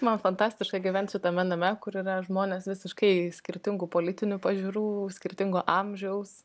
man fantastiška gyvent šitame name kur yra žmonės visiškai skirtingų politinių pažiūrų skirtingo amžiaus